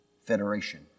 Federation